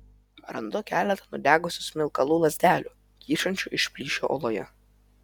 randu keletą nudegusių smilkalų lazdelių kyšančių iš plyšio uoloje